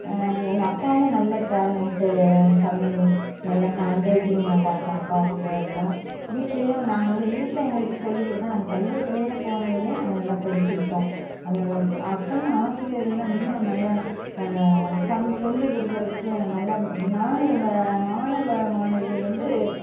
எங்கள் அப்பாவும் நல்ல டேலண்ட்டு தமிழ் நல்ல ஹேண்ட் ரைட்டிங் நல்லா இருக்கும் அப்பாவுக்கு எல்லாம் வீட்லேயும் நாங்கள் வந்து வீட்டில் எங்களுக்கு சொல்லி சொல்லி கொடுங்க நாங்கள் பள்ளிக்கூடத்துலையே போனதிலேயே நாங்கள் நல்லா படிச்சுக்கிட்டோம் அங்கே அப்போனா ஆசிரியர்களெலாம் இன்னும் நல்ல உட்காந்து சொல்லி கொடுக்குறதுக்கு நல்ல நாங்கள் மாணவ மாணவிகள் வந்து